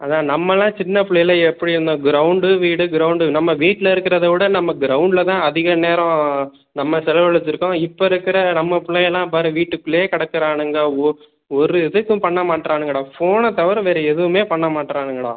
அதுதான் நம்மலாம் சின்ன பிள்ளையில் எப்படி இருந்தோம் கிரவுண்டு வீடு கிரவுண்டு நம்ம வீட்டில் இருக்கிறத விட நம்ம கிரவுண்டில் தான் அதிக நேரம் நம்ம செலவழித்து இருக்கோம் இப்போ இருக்கிற நம்ம பிள்ளைலாம் பாரு வீட்டுக்குள்ளேயே கிடக்குறானுங்க ஒரு இதுக்கும் பண்ண மாட்டுறான்னுங்கடா ஃபோனை தவிர வேறு எதுவுமே பண்ண மாட்டுறான்னுங்கடா